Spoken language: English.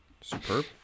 Superb